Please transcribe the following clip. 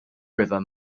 river